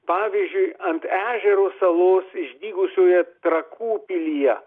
pavyzdžiui ant ežero salos išdygusioje trakų pilyje